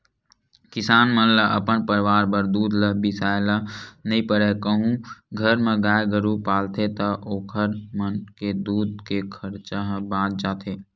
किसान मन ल अपन परवार बर दूद ल बिसाए ल नइ परय कहूं घर म गाय गरु पालथे ता ओखर मन के दूद के खरचा ह बाच जाथे